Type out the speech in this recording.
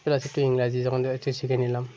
ফির আসছে ইংরাজি যখন যাচ্ছি শিখে নিলাম